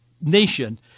nation